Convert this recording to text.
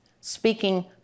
speaking